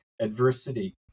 adversity